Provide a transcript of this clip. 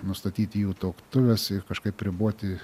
nustatyti jų tuoktuves ir kažkaip riboti